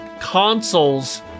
Consoles